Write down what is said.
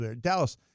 Dallas